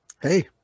Hey